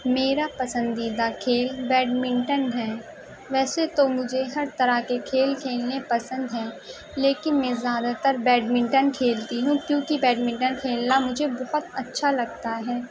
میرا پسندیدہ کھیل بیڈمنٹن ہیں ویسے تو مجھے ہر طرح کے کھیل کھیلنے پسند ہیں لیکن میں زیادہ تر بیڈمنٹن کھیلتی ہوں کیوں کہ بیڈمنٹن کھیلنا مجھے بہت اچھا لگتا ہے